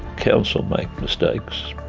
counsel make mistakes.